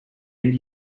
end